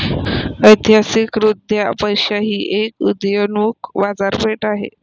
ऐतिहासिकदृष्ट्या पैसा ही एक उदयोन्मुख बाजारपेठ आहे